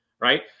right